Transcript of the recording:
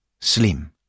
slim